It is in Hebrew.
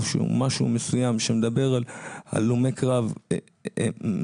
איזה משהו מסוים שמדבר על הלומי קרב נצרכים,